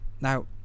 Now